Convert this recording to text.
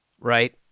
Right